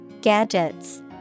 Gadgets